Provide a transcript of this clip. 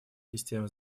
системы